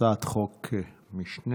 הצעת חוק משנה.